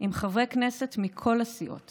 עם חברי כנסת מכל הסיעות